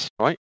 right